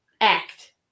act